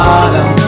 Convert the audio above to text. Bottom